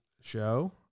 show